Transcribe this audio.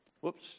Whoops